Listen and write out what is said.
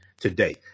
today